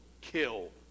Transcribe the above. kill